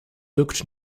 looked